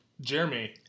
Jeremy